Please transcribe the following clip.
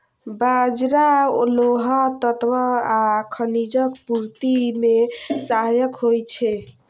बाजरा लौह तत्व आ खनिजक पूर्ति मे सहायक होइ छै